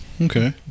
Okay